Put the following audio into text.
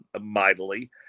mightily